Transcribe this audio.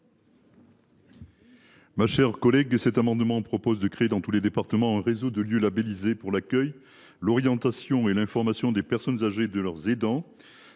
la commission ? Cet amendement vise à créer dans tous les départements un réseau de lieux labellisés pour l’accueil, l’orientation et l’information des personnes âgées et de leurs aidants.